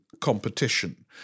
competition